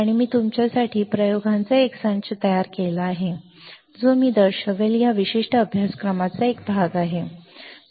आणि मी तुमच्यासाठी प्रयोगांचा एक संच तयार केला आहे जो मी दर्शवेल हा या विशिष्ट अभ्यासक्रमाचा एक भाग आहे